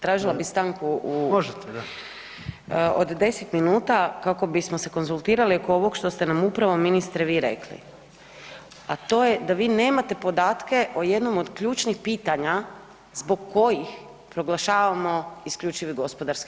Tražila bih stanku u [[Upadica: Možete, da.]] od 10 minuta kako bismo se konzultirali oko ovog što ste nam upravo ministre, vi rekli, a to je da vi nemate podatke o jednom od ključnih pitanja zbog kojih proglašavamo IGP.